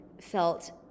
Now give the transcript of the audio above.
felt